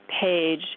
page